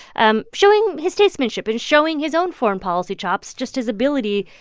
um showing his statesmanship and showing his own foreign policy chops, just his ability.